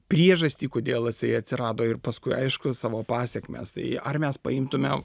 priežastį kodėl jisai atsirado ir paskui aišku savo pasekmes tai ar mes paimtume